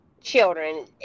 children